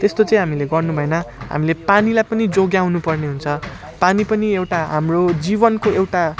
त्यस्तो चाहिँ हामीले गर्नुभएन हामीले पानीलाई पनि जोगाउनुपर्ने हुन्छ पानी पनि एउटा हाम्रो जीवनको एउटा